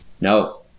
no